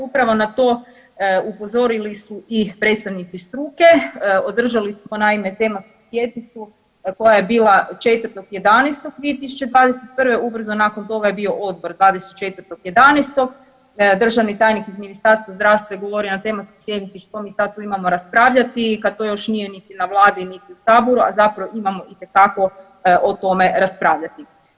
Upravo na to upozorili su i predstavnici struke, održali smo naime tematsku sjednicu koja je bila 4.11.2021., ubrzo nakon toga je bio odbor 24.11., državni tajnik iz Ministarstva zdravstva je govorio na tematskoj sjednici što mi sad tu imamo raspravljati kad to još nije niti na Vladi niti u Saboru, a zapravo imamo itekako o tome raspravljati.